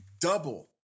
double